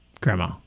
grandma